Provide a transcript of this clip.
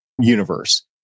universe